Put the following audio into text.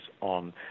on